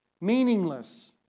Meaningless